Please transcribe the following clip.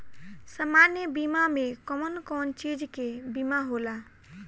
सामान्य बीमा में कवन कवन चीज के बीमा होला?